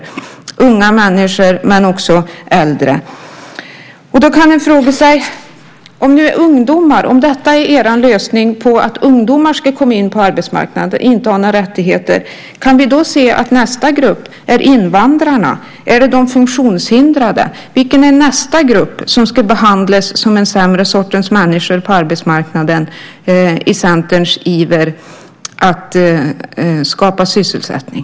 Det är unga människor, men också äldre. Om nu detta är er lösning på att ungdomar ska komma in på arbetsmarknaden - att de inte ska ha några rättigheter - så kan man kan fråga sig om vi kan se att nästa grupp är invandrarna. Eller är det de funktionshindrade? Vilken är nästa grupp som ska behandlas som en sämre sortens människor på arbetsmarknaden i Centerns iver att skapa sysselsättning?